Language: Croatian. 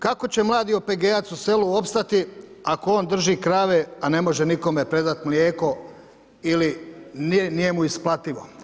Kako će mladi OPG-ac u selu opstati ako on drži krave, a ne može nikome predat mlijeko ili nije mu isplativo?